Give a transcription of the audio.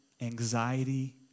anxiety